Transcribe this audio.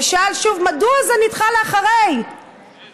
ושאל שוב: מדעו זה נדחה לאחרי הפגרה?